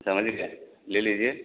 समझ गए ले लीजिए